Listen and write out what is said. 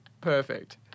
perfect